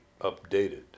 updated